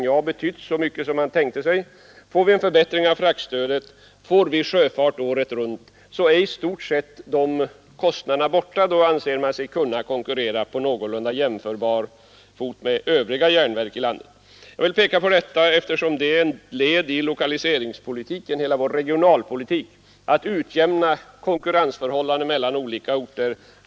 Då anser man sig kunna konkurrera på någorlunda jämställd fot med övriga järnverk i landet. Det finns ett fraktstöd nu, men för NJA har det tyvärr inte betytt så mycket som man tänkte sig. Jag vill peka på detta, eftersom det är ett led i lokaliseringspolitiken och i hela vår regionalpolitik att på den vägen utjämna konkurrensförhållanden mellan olika orter.